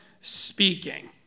speaking